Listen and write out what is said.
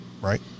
right